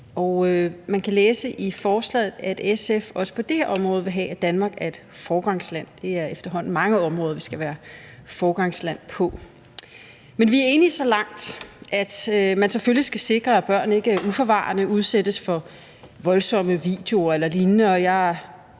Man kan læse i forslaget, at SF også på det her område vil have, at Danmark er et foregangsland. Det er efterhånden mange områder, vi skal være foregangsland på. Men vi er enige så langt, at man selvfølgelig skal sikre, at børn ikke uforvarende udsættes for voldsomme videoer eller lignende,